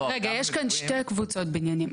רגע, יש כאן שתי קבוצות בניינים.